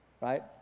right